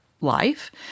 life